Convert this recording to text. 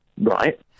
Right